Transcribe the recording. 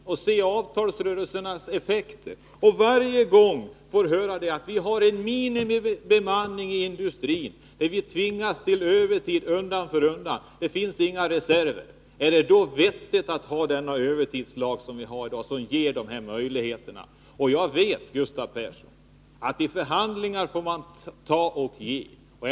Efter varje avtalsrörelse, när det har visat sig vilka effekter avtalet får, säger man: ”Vi har en minimibemanning inom industrin, vi tvingas till mer övertid undan för undan, det finns inga reserver.” Är det då vettigt med en övertidslag som ger dessa möjligheter? Jag vet att man får ta och ge i förhandlingar.